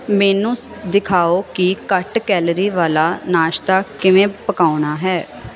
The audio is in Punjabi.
ਮੈਨੂੰ ਦਿਖਾਓ ਕਿ ਘੱਟ ਕੈਲੋਰੀ ਵਾਲਾ ਨਾਸ਼ਤਾ ਕਿਵੇਂ ਪਕਾਉਣਾ ਹੈ